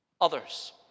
others